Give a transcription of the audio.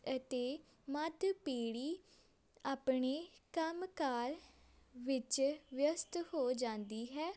ਅਤੇ ਮੱਧ ਪੀੜ੍ਹੀ ਆਪਣੇ ਕੰਮ ਕਾਰ ਵਿੱਚ ਵਿਅਸਤ ਹੋ ਜਾਂਦੀ ਹੈ